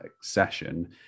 session